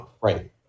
Right